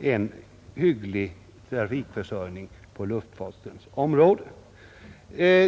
en hygglig trafikförsörjning på luftfartens områden.